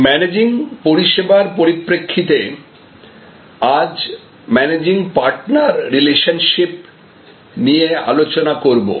managing পরিষেবার পরিপ্রেক্ষিতে আজ ম্যানেজিং পার্টনার রিলেশনশিপ নিয়ে আলোচনা করবো